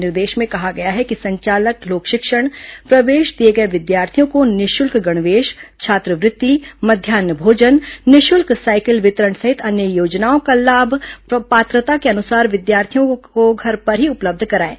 निर्देश में कहा गया है कि संचालक लोक शिक्षण प्रवेश दिए गए विद्यार्थियों को निःशुल्क गणवेश छात्रवृत्ति मध्यान्ह भोजन निःशुल्क साइकिल वितरण सहित अन्य योजनाओं का लाभ पात्रता के अनुसार विद्यार्थियों को घर पर ही उपलब्ध कराएं